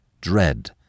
Dread